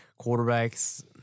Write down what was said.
quarterbacks